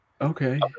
Okay